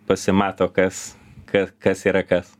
pasimato kas ka kas yra kas